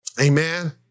Amen